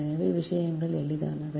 எனவே விஷயங்கள் எளிதானவை